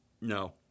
no